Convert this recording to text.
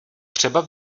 třeba